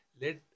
let